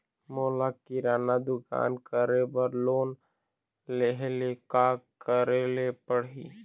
मोला किराना दुकान करे बर लोन लेहेले का करेले पड़ही?